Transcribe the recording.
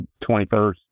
21st